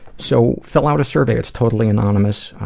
so fill out a survey, it's totally anonymous.